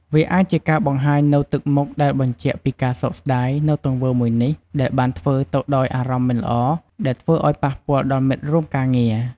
វាអាចជាការបង្ហាញនូវទឹកមុខដែលបញ្ជាក់ពីការសោកស្ដាយ នូវទង្វើមួយនេះដែលបានធ្វើទៅដោយអារម្មណ៍មិនល្អ ដែលធ្វើអោយប៉ះពាល់ដល់មិត្តរួមការងារ។